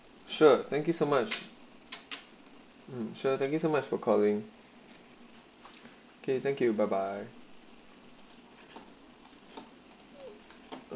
sure thank you so much mm sure thank you so much for calling okay thank you bye bye